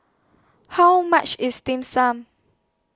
How much IS Dim Sum